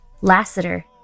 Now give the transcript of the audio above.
Lassiter